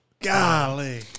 Golly